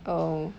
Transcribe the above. oh